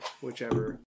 whichever